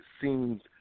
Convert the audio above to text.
seems